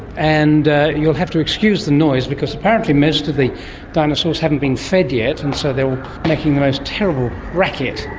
and you'll have to excuse the noise because apparently most of the dinosaurs haven't been fed yet and so they are making the most terrible racket,